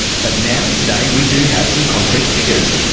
but now today we do have some concrete figures.